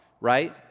right